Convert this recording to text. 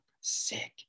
Sick